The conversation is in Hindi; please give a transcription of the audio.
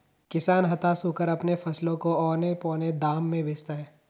किसान हताश होकर अपने फसलों को औने पोने दाम में बेचता है